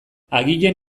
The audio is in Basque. agian